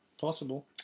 Possible